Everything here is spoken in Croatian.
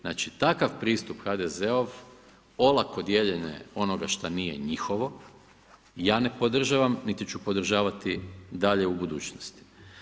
Znači takav pristup HDZ-ov olako dijeljenje onoga šta nije njihovo ja ne podržavam niti ću podržavati dalje u budućnosti.